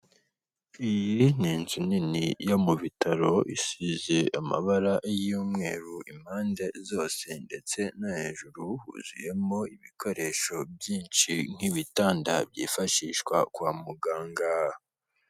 Iyi ni inzu nini yo mu bitaro isize amabara y'umweru impande zose, ndetse no hejuru huzuyemo ibikoresho byinshi. Nk'ibitanda byifashishwa kwa muganga.